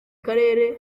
karere